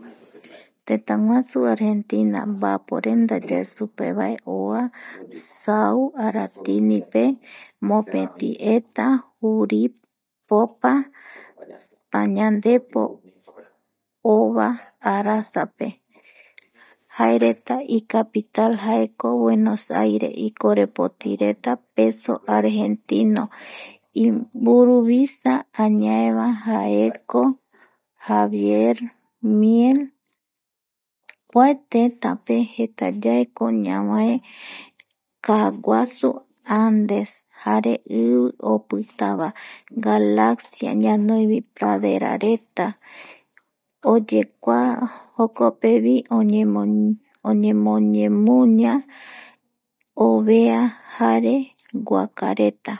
Tëtägusu Argentina Maaporenda yae supe vae oa sau aratinipe mopeti eta juripopa pañandepo ova arasape jaereta icapital jaeko Buenos Aires ikorepotireta peso argentino imburivisa añaeva jaeko Javier Milei kua tëtäpe jetayaeko ñavae kaaguasu andes jares i opitavae, Galaxia ñanoivoi pradera oyekua jokopevi oñemuña ovea jare guakareta